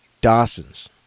Dawson's